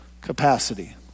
capacity